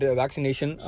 vaccination